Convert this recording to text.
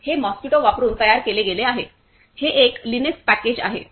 हे मॉस्किटो वापरून तयार केले गेले आहे हे एक लिनक्स पॅकेज आहे